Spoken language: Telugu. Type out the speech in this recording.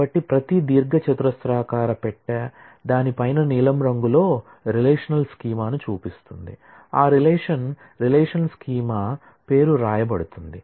కాబట్టి ప్రతి దీర్ఘచతురస్రాకార పెట్టె ప్రతి పైన నీలం రంగులో రిలేషనల్ స్కీమాను చూపిస్తుంది ఆ రిలేషన్ రిలేషనల్ స్కీమా పేరు వ్రాయబడుతుంది